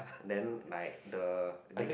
then like the big